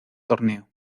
torneo